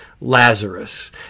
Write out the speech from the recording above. Lazarus